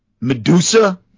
Medusa